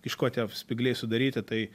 iš ko tie spygliai sudaryti tai